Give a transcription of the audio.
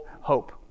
hope